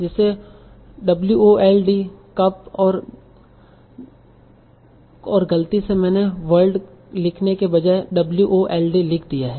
जैसे wold cup और गलती से मैंने world लिखने के बजाय wold लिख दिया है